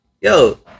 yo